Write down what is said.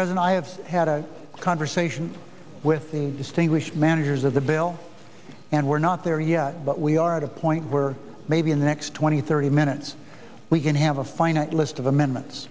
present i have had a conversation with the distinguished managers of the bill and we're not there yet but we are at a point where maybe in the next twenty thirty minutes we can have a finite list of amendments